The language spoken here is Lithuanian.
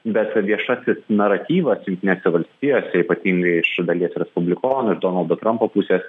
bet viešasis naratyvas jungtinėse valstijose ypatingai iš dalies respublikonų donaldo trumpo pusės